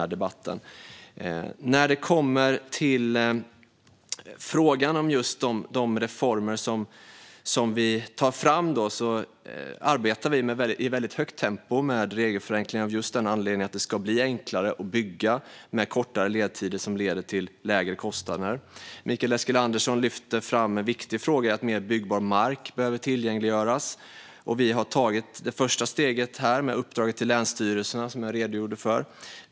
Vi arbetar i väldigt högt tempo med de reformer vi tar fram och med regelförenklingar för att det ska bli enklare att bygga och för att ledtiderna ska bli kortare, vilket gör att kostnaderna blir lägre. Mikael Eskilandersson tog upp den viktiga frågan att mer byggbar mark behöver tillgängliggöras. Vi har tagit det första steget genom ett uppdrag till länsstyrelserna, som jag tidigare redogjorde för.